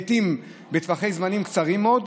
לעיתים בטווחי זמנים קצרים מאוד.